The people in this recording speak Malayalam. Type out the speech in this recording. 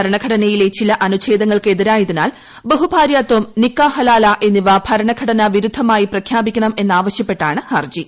ഭരണഘടയിലെ ചില അനുഛേദങ്ങൾക്ക് എതിരായതിനാൽ ബഹുഭാര്യാത്ഥം നിക്കാഹ് ഹലാല എന്നിവ ഭരണഘടന വിരുദ്ധ്യായി പ്രഖ്യാപിക്കണം എന്നാവശ്യപ്പെട്ടാണ് ഹർജി